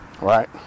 Right